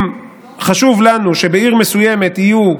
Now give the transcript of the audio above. אם חשוב לנו שבעיר מסוימת יהיו,